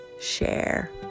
Share